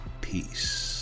Peace